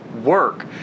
work